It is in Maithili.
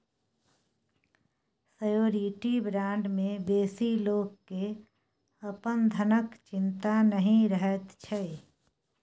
श्योरिटी बॉण्ड मे बेसी लोक केँ अपन धनक चिंता नहि रहैत छै